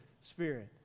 Spirit